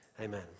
Amen